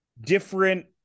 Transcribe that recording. different